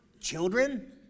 children